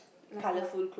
like what